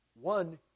one